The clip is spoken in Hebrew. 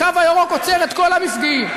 הקו הירוק עוצר את כל המפגעים,